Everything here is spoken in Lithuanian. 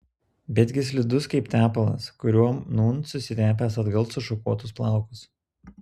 betgi slidus kaip tepalas kuriuo nūn susitepęs atgal sušukuotus plaukus